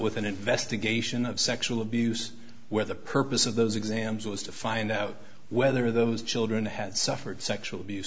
with an investigation of sexual abuse where the purpose of those exams was to find out whether those children had suffered sexual abuse